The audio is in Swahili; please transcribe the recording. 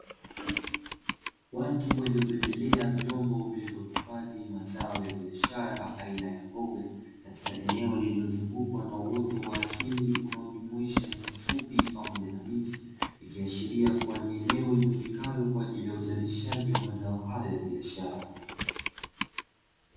Watu waliobebelea vyombo vilivyohifadhi mazao ya biashara aina ya mboga, katika eneo lililozungukwa na uoto wa asili, unaojumuisha nyasi fupi pamoja na miti, ikiashiria kuwa ni eneo litumikalo kwa ajili ya uzalishaji wa mazao hayo ya biashara.